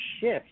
shift